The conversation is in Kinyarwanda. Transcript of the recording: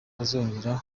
bazongera